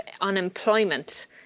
unemployment